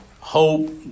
hope